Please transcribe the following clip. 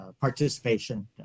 participation